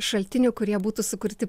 šaltinių kurie būtų sukurti